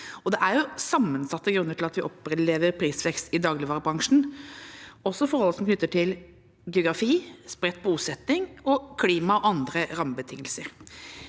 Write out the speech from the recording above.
Det er sammensatte grunner til at vi opplever prisvekst i dagligvarebransjen, også forhold som er knyttet til geografi, spredt bosetning, klima og andre rammebetingelser.